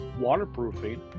waterproofing